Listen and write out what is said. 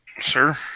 sir